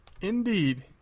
Indeed